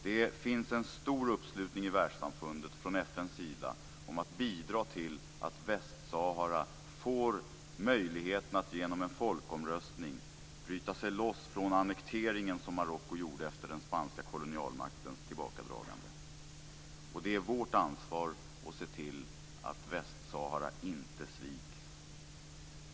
Det finns en stor uppslutning i världssamfundet från FN:s sida bakom att bidra till att Västsahara får möjligheten att genom en folkomröstning bryta sig loss från den annektering som Marocko gjorde efter den spanska kolonialmaktens tillbakadragande. Det är vårt ansvar att se till att Västsahara inte sviks.